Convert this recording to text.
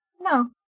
No